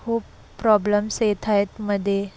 खूप प्रॉब्लम्स येत आहेत मध्ये